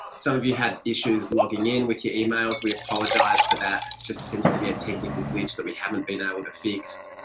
some of you had issues logging in with your emails. we apologise for that. it just seems to be a technical glitch that we haven't been able to fix.